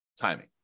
timing